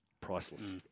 priceless